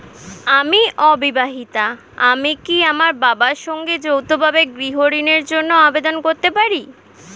আমি অবিবাহিতা আমি কি আমার বাবার সঙ্গে যৌথভাবে গৃহ ঋণের জন্য আবেদন করতে পারি?